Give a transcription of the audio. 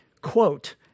quote